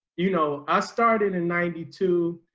you know, i started in ninety two.